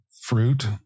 fruit